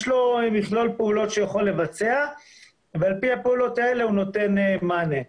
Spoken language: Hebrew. יש לו מכלול פעולות שהוא יכול לבצע ולפי הפעולות האלה הוא נותן מענה.